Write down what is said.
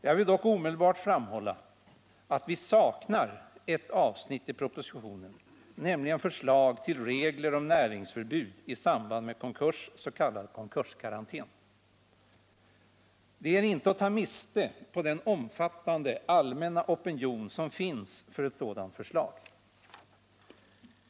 Jag vill dock omedelbart framhålla att vi saknar ett avsnitt i propositionen, nämligen förslag till regler om näringsförbud i samband med konkurs, s.k. konkurskarantän. Det är inte att ta miste på den omfattande allmänna opinion som finns för ett sådant förslag.